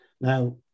Now